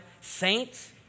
saints